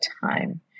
time